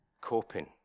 coping